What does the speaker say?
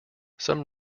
some